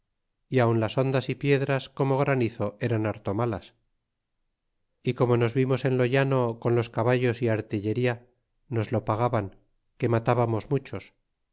y aun las hondas y piedras como granizo eran harto malas y como nos vimos en lo llano con los caballos y artillería nos lo pagaban que matábamos muchos